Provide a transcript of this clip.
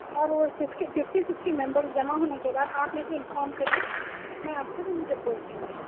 اور وہ fifty fifty sixty members جمع ہونے کے بعد آپ میرے کو انفارم کریئے میں آپ کو جب بولتی ہوں میں